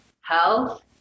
health